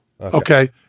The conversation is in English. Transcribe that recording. Okay